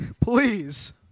Please